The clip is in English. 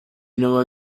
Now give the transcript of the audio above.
know